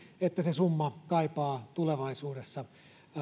että se summa kaipaa tulevaisuudessa